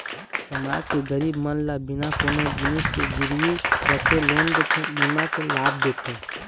समाज के गरीब मन ल बिना कोनो जिनिस के गिरवी रखे लोन देथे, बीमा के लाभ देथे